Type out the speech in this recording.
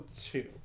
two